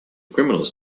criminals